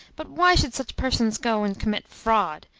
but why should such persons go and commit fraud?